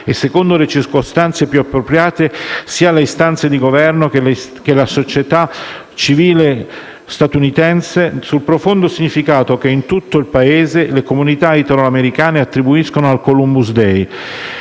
e secondo le circostanze più appropriate, sia le istanze di Governo che la società civile statunitense sul profondo significato che in tutto il Paese le comunità italoamericane attribuiscono al Columbus day,